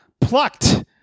plucked